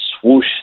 swoosh